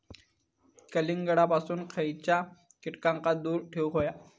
कलिंगडापासून खयच्या कीटकांका दूर ठेवूक व्हया?